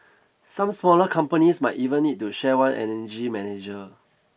some smaller companies might even need to share one energy manager